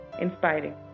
inspiring